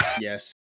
Yes